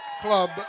Club